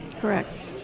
Correct